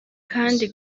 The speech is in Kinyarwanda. kandi